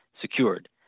secured